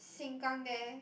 Sengkang there